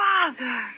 Father